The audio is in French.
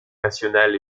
nationale